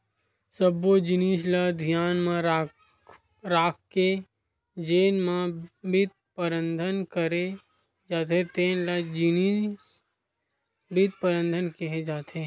सब्बो जिनिस ल धियान म राखके जेन म बित्त परबंध करे जाथे तेन ल निजी बित्त परबंध केहे जाथे